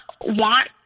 want